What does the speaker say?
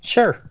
Sure